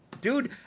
dude